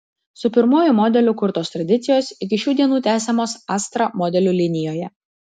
su pirmuoju modeliu kurtos tradicijos iki šių dienų tęsiamos astra modelių linijoje